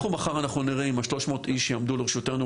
מחר אנחנו נראה אם השלוש מאות איש יעמדו לרשותנו,